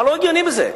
מה לא הגיוני בזה?